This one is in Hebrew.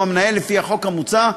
שהוא "המנהל" לפי החוק המוצע,